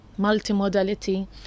multimodality